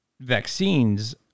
vaccines